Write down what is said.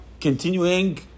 continuing